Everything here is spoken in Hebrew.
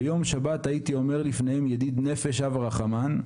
ביום שבת הייתי אומר לפניהם "ידיד נפש, אב הרחמן"